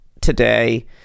today